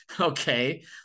Okay